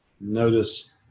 Notice